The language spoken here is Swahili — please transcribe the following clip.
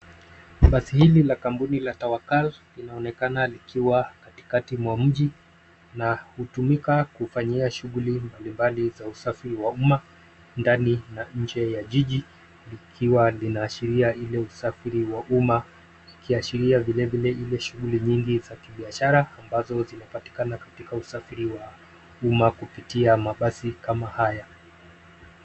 Basi hili la kampuni la Tawakal linaonekana likiwa katikati mwa mji na hutumika kufanyiwa shughuli mbalimbali za usafiri wa umma ndani na nje ya jiji, likiwa linaashiria ile usafiri wa umma, likiashiria vilevile ile shughuli nyingi za kibiashara ambazo zinapatikana katika usafiri wa umma kupitia mabasi kama haya.